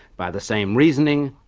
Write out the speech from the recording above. by the same reasoning,